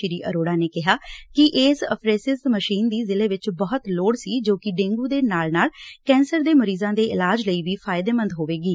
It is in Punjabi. ਸ਼ੀ ਅਰੋੜਾ ਨੇ ਕਿਹਾ ਕਿ ਇਸ ਅਫਰੇਸਿਸ ਮਸ਼ੀਨ ਦੀ ਜਿਲ੍ਹੇ 'ਚ ਬਹੁਤ ਲੋੜ ਸੀ ਜੋ ਕਿ ਡੇਂਗੂ ਦੇ ਨਾਲ ਨਾਲ ਕੈਂਸਰ ਦੇ ਮਰੀਜਾਂ ਦੇ ਇਲਾਜ ਲਈ ਵੀ ਫਾਇਦੇਮੰਦ ਹੋਵੇਗੀ